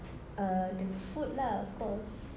uh the food lah of course